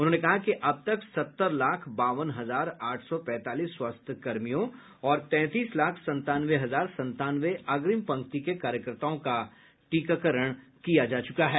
उन्होंने कहा कि अब तक सत्तर लाख बावन हजार आठ सौ पैंतालीस स्वास्थ्यकर्मियों और तैंतीस लाख संतानवे हजार संतानवे अग्निम पंक्ति के कार्यकर्ताओं का टीकाकरण हो चूका है